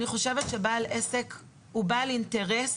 אני חושבת שבעל עסק הוא בעל אינטרס